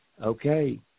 okay